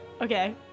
Okay